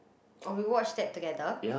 oh we watched that together